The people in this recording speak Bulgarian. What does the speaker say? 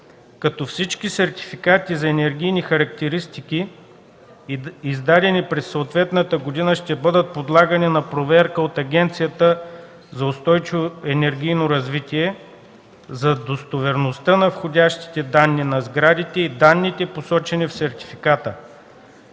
като всички сертификати за енергийни характеристики, издадени през съответната година, ще бъдат подлагани на проверка от Агенцията за устойчиво енергийно развитие за достоверността на входящите данни на сградите и данните, посочени в сертификата